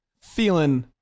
Feeling